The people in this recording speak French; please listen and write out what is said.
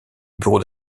bureau